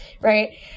Right